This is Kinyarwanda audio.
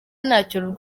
ntacyo